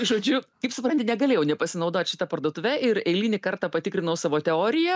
žodžiu kaip supranti negalėjau nepasinaudot šita parduotuve ir eilinį kartą patikrinau savo teoriją